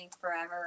forever